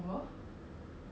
orh